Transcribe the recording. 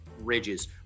Ridges